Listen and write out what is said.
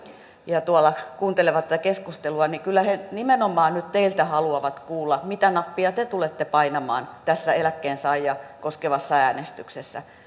ja ja tuolla kuuntelevat tätä keskustelua niin kyllä he nimenomaan nyt teiltä haluavat kuulla mitä nappia te tulette painamaan tässä eläkkeensaajia koskevassa äänestyksessä